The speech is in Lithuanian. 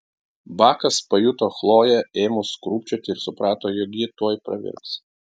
bakas pajuto chloję ėmus krūpčioti ir suprato jog ji tuoj pravirks